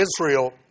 Israel